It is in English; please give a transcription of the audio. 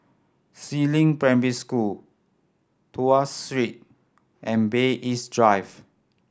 Si Ling Primary School Tuas Street and Bay East Drive